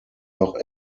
noch